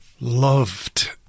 Loved